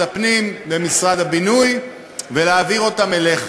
הפנים ממשרד הבינוי ולהעביר אותן אליך.